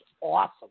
awesome